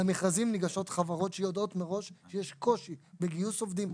למרכזים ניגשות חברות שיודעות מראש שיש קושי בגיוס עובדים.